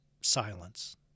silence